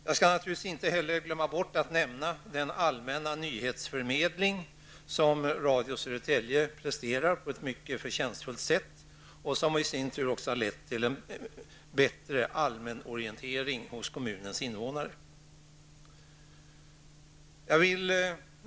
Jag får, naturligtvis, inte glömma bort att nämna den allmänna nyhetsförmedling som Radio Södertälje på ett mycket förtjänstfullt sätt presterar och som i sin tur har lett till en bättre allmänorientering hos kommunens invånare.